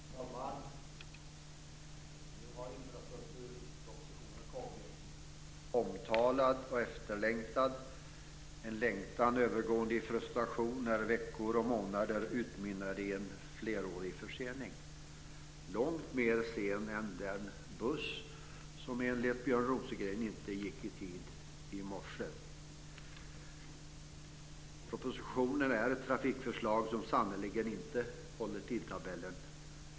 Herr talman! Nu har infrastrukturpropositionen kommit. Den är omtalad och efterlängtad. Det är en längtan som har övergått i frustration när veckor och månader utmynnar i en flerårig försening - långt mer sen än den buss som enligt Björn Rosengren inte gick i tid i morse. Propositionen är ett trafikförslag som sannerligen inte håller tidtabellen.